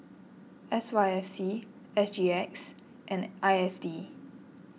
S Y F C S G X and I S D